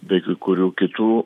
bei kai kurių kitų